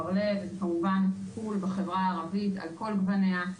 וכמובן טיפול בחברה הערבית על כל גווניה,